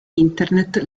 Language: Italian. internet